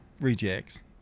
Rejects